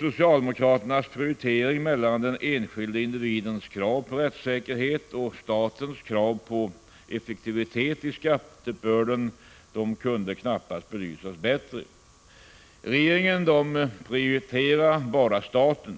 Socialdemokraternas prioritering mellan den enskilde individens krav på rättssäkerhet och statens krav på effektivitet i skatteuppbörden kan knappast belysas bättre. Regeringen prioriterar bara staten.